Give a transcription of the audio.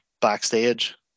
backstage